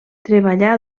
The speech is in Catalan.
treballà